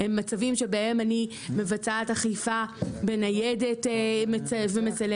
מצבים בהם אני מבצעת אכיפה בניידת ומצלמת.